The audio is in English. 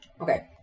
Okay